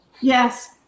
Yes